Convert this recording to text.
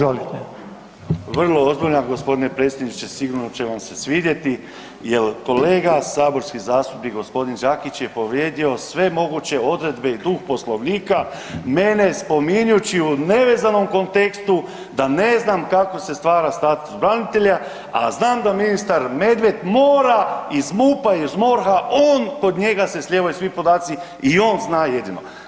Vrlo …/nerazumljivo/… gospodine potpredsjedniče, sigurno će vam se svidjeti jer kolega saborski zastupnik gospodin Đakić je povrijedio sve moguće odredbe i duh Poslovnika mene spominjući u nevezanom kontekstu da ne znam kako se stvara status branitelja, a znam da ministar Medved mora iz MUP-a i iz MORH-a kod njega se slijevaju svi podaci i on zna jedino.